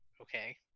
Okay